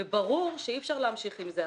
ברור שאי אפשר להמשיך עם זה.